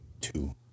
two